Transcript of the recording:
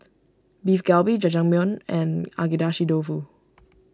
Beef Galbi Jajangmyeon and Agedashi Dofu